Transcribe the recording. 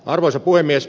arvoisa puhemies